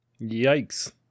Yikes